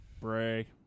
Bray